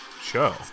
show